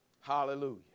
Hallelujah